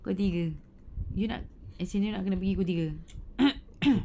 pukul tiga you nak as in you nak pergi pukul tiga